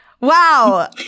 Wow